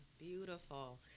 beautiful